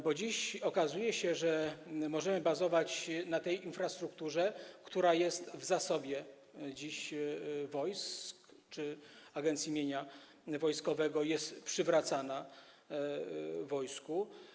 Bo okazuje się, że możemy bazować na tej infrastrukturze, która jest dziś w zasobie wojsk czy Agencji Mienia Wojskowego, jest przywracana wojsku.